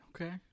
okay